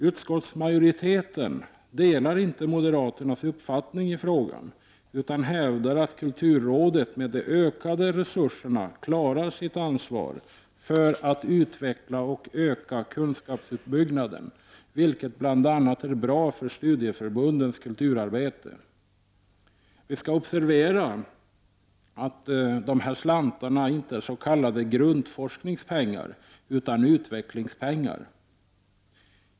Utskottsmajoriteten delar inte moderaternas uppfattning i frågan utan hävdar att kulturrådet med de ökade resurserna klarar sitt ansvar att utveckla och öka kunskapsuppbyggnaden, vilket bl.a. är bra för studieförbundens kulturarbete. Vi skall observera att dessa slantar inte är s.k. grundforskningspengar, utan utvecklingspengar.